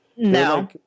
No